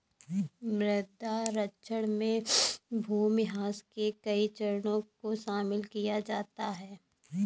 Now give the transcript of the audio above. मृदा क्षरण में भूमिह्रास के कई चरणों को शामिल किया जाता है